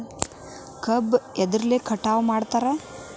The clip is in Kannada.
ಕಬ್ಬು ಎದ್ರಲೆ ಕಟಾವು ಮಾಡ್ತಾರ್?